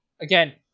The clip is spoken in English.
Again